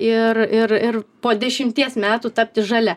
ir ir ir po dešimties metų tapti žalia